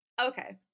Okay